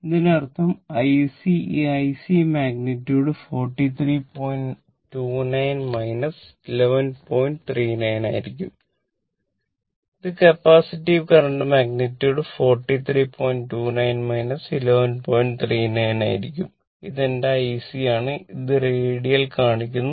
ഇതിനർത്ഥം IC ഈ IC magnitude കാണിക്കുന്നു